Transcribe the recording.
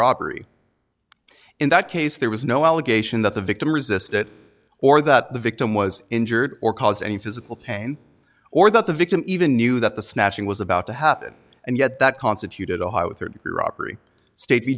robbery in that case there was no allegation that the victim resist it or that the victim was injured or cause any physical pain or that the victim even knew that the snatching was about to happen and yet that constituted a high with her degree robbery state b